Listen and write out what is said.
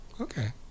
Okay